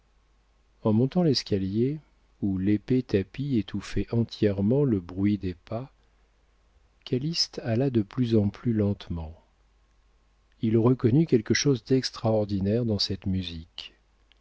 en montant l'escalier où l'épais tapis étouffait entièrement le bruit des pas calyste alla de plus en plus lentement il reconnut quelque chose d'extraordinaire dans cette musique